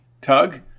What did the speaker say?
Tug